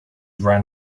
ran